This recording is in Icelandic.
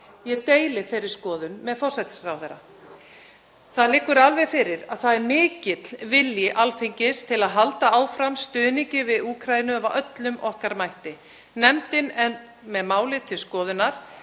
Ég deili þeirri skoðun með forsætisráðherra. Það liggur alveg fyrir að það er mikill vilji Alþingis til að halda áfram stuðningi við Úkraínu af öllum okkar mætti. Nefndin er með málið til skoðunar.